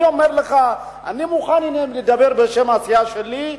אני אומר לך שאני מוכן לדבר בשם הסיעה שלי: